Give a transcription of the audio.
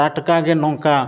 ᱴᱟᱴᱠᱟᱜᱮ ᱱᱚᱝᱠᱟ